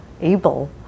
able